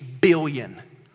billion